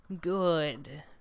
good